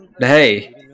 hey